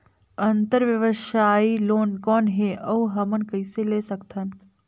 अंतरव्यवसायी लोन कौन हे? अउ हमन कइसे ले सकथन?